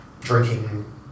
drinking